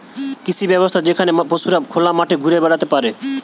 কৃষি ব্যবস্থা যেখানে পশুরা খোলা মাঠে ঘুরে বেড়াতে পারে